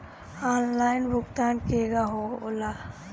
Online भुगतान केगा होला?